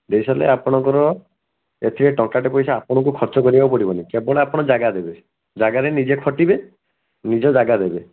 ଦେଇସାରିଲେ ଆପଣଙ୍କର ଏଥିରେ ଟଙ୍କାଟେ ପଇସା ଆପଣଙ୍କୁ ଖର୍ଚ୍ଚ କରିବାକୁ ପଡ଼ିବନି କେବଳ ଆପଣ ଜାଗା ଦେବେ ଜାଗାରେ ନିଜେ ଖଟିବେ ନିଜ ଜାଗା ଦେବେ